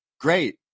great